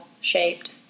shaped